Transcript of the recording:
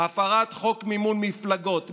הפרת חוק מימון מפלגות,